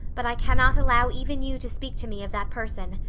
but i cannot allow even you to speak to me of that person.